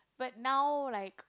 but now like